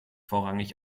vorrangig